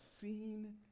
seen